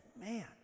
man